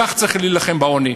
כך צריך להילחם בעוני.